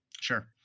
Sure